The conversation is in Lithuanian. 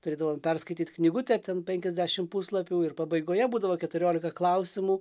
turėdavom perskaityt knygutę ten penkiasdešim puslapių ir pabaigoje būdavo keturiolika klausimų